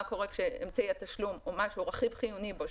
מה קורה כשאמצעי התשלום או רכיב חיוני בו,